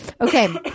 Okay